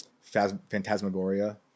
Phantasmagoria